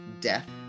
death